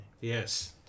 yes